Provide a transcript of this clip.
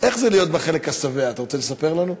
איך זה להיות בחלק השבע, אתה רוצה לספר לנו?